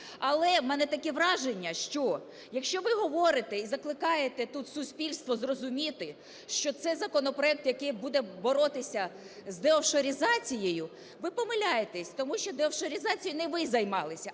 Але в мене таке враження, що якщо ви говорите і закликаєте тут суспільство зрозуміти, що це законопроект, який буде боротися з деофшоризацією, ви помиляєтесь, тому що деофшоризацією не ви займалися,